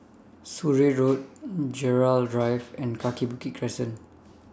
Surrey Road Gerald Drive and Kaki Bukit Crescent